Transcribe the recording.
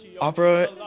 Opera